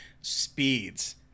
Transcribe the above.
speeds